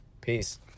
Peace